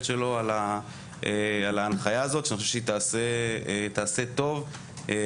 שלו על ההנחיה הזאת שאני חושב שהיא תעשה טוב בצדק,